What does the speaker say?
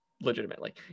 legitimately